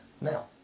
Now